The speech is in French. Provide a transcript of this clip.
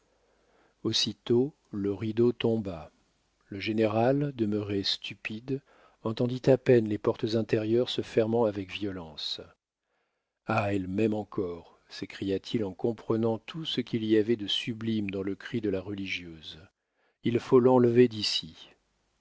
aussitôt le rideau tomba le général demeuré stupide entendit à peine les portes intérieures se fermant avec violence ah elle m'aime encore s'écria-t-il en comprenant tout ce qu'il y avait de sublime dans le cri de la religieuse il faut l'enlever d'ici